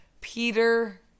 Peter